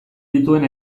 dituen